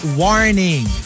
warning